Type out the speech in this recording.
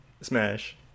Smash